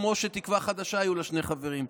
כמו שלתקווה חדשה היו שני חברים.